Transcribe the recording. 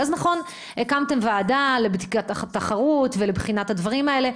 אז נכון: הקמתם ועדה לבדיקת התחרות ולבחינת הדברים האלה.